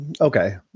okay